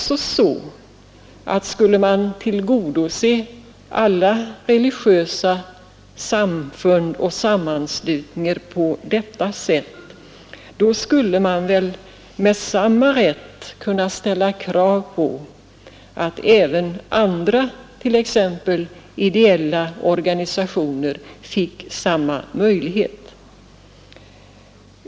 Skulle man tillgodose alla religiösa samfund och sammanslutningar på detta sätt, skulle med samma rätt kunna ställas krav på att även andra, t.ex. ideella organisationer, fick samma möjlighet.